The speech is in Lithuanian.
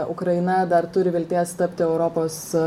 ukraina dar turi vilties tapti europos